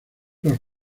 los